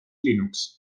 linux